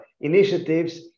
initiatives